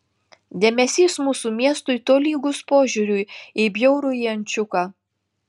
dėmesys mūsų miestui tolygus požiūriui į bjaurųjį ančiuką